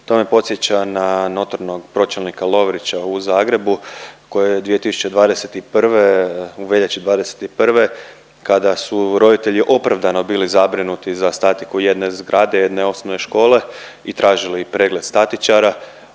To me podsjeća na notornog pročelnika Lovrića u Zagrebu koji je 2021. u veljači '21. kada su roditelji opravdano bili zabrinuti za statiku jedne zgrade jedne osnovne škole i tražili pregled statičara,